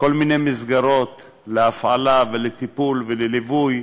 כל מיני מסגרות להפעלה ולטיפול ולליווי,